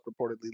reportedly